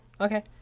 okay